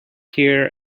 here